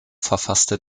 verfasste